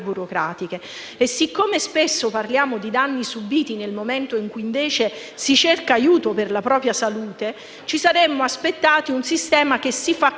burocratiche. E siccome spesso parliamo di danni subiti nel momento in cui invece si cerca aiuto per la propria salute, ci saremmo aspettati un sistema che si